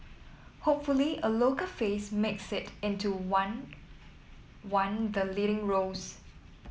hopefully a local face makes it into one one the leading roles